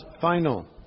final